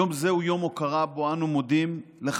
יום זה הוא יום הוקרה שבו אנו מודים לחברינו,